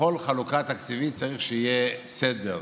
בכל חלוקה תקציבית צריך שיהיה סדר,